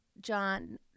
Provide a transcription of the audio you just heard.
John